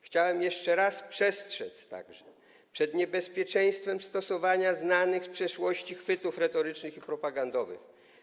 Chciałem także jeszcze raz przestrzec przed niebezpieczeństwem stosowania znanych z przeszłości chwytów retorycznych i propagandowych.